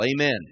Amen